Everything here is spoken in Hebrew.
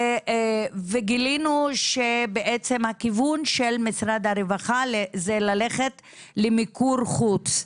וגילינו שהכיוון של משרד הרווחה זה ללכת למיקור חוץ.